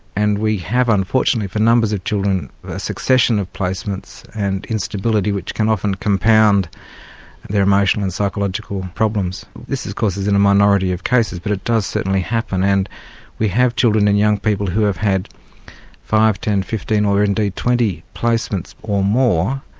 and we have unfortunately for numbers of children, a succession of placements and instability, which can often compound their emotional and psychological problems. this of course is in a minority of cases but it does certainly happen, and we have children and young people who have had five, ten, fifteen or indeed twenty placements or more,